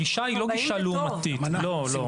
הגישה היא לא גישה לעומתית, לא.